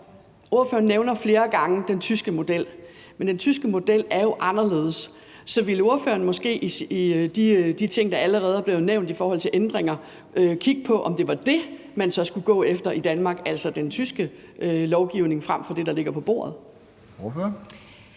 Ordføreren nævner flere gange den tyske model, men den tyske model er jo anderledes. Så vil ordføreren i forhold til de ting, der allerede er blevet nævnt om ændringer, måske kigge på, om det var det, man så skulle gå efter i Danmark – altså den tyske lovgivning – frem for det, der ligger på bordet?